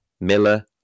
Miller